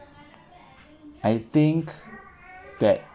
I think that